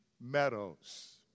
meadows